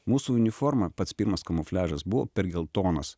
mūsų uniforma pats pirmas kamufliažas buvo per geltonas